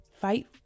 Fight